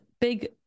big